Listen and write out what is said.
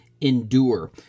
endure